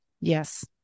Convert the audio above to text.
Yes